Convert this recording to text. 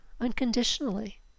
unconditionally